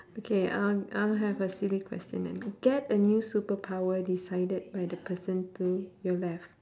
okay I'll I'll have a silly question then get a new superpower decided by the person to your left